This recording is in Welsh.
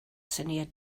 syniad